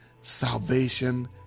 salvation